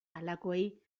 halakoei